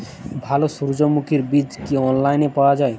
ভালো সূর্যমুখির বীজ কি অনলাইনে পাওয়া যায়?